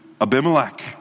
Abimelech